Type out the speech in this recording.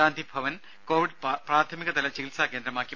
Gandhi Bhavan covid പ്രാഥമികതല ചികിത്സാ കേന്ദ്രമാക്കി